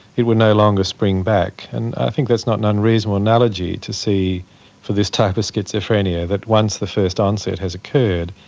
it would no longer spring back, and i think that's not an unreasonable analogy to see for this type of schizophrenia, that once the first onset has occurred,